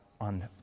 on